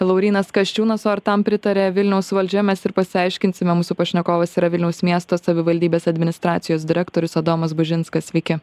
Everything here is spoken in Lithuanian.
laurynas kasčiūnas o ar tam pritarė vilniaus valdžia mes ir pasiaiškinsime mūsų pašnekovas yra vilniaus miesto savivaldybės administracijos direktorius adomas bužinskas sveiki